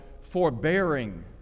forbearing